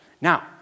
Now